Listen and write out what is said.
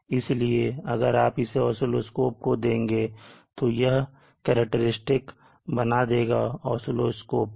इसलिए अगर आप इसे oscilloscope को देंगे तो यह IV करैक्टेरिस्टिक्स बना देगा oscilloscope पर